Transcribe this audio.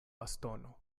bastono